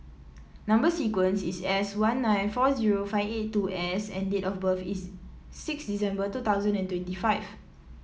number sequence is S one nine four zero five eight two S and date of birth is six December two thousand and twenty five